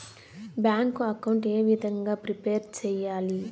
Bank account ఏ విధంగా prepare సెయ్యాలి?